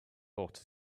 bought